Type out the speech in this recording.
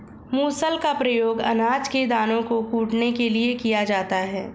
मूसल का प्रयोग अनाज के दानों को कूटने के लिए किया जाता है